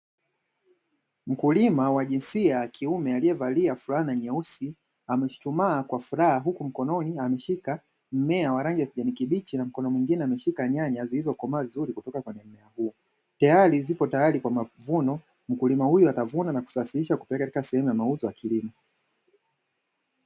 Mkulima wa jinsia ya kiume aliyevalia fulana nyeusi amechuchumaa kwa furaha huku mkononi ameshika mmea wa rangi ya kijani kibichi na mkono mwingine ameshika nyanya zilizokomaa vizuri kupitia kwenye mmea huu. Teyari zipo tayari kwa mavuno mkulima huyo atavuna na kusafirisha kupeleka sehemu ya mauzo ya kilimo.